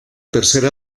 tercera